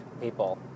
people